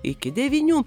iki devynių